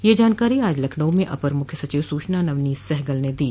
यह जानकारी आज लखनऊ में अपर मख्य सचिव सूचना नवनीत सहगल ने दी